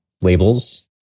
labels